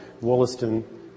Wollaston